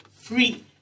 Free